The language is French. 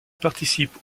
participe